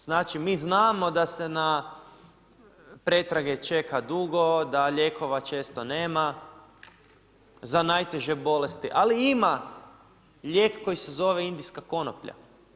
Znači mi znamo da se na pretrage čeka dugo, da lijekova često nema za najteže bolesti ali ima lijek koji se zove indijska konoplja.